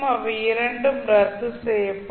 அவை இரண்டும் ரத்து செய்யப்படும்